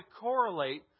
correlate